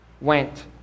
went